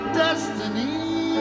destiny